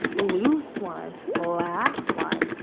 blue slime, black slime,